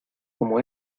como